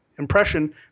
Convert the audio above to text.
impression